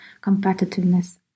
competitiveness